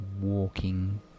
walking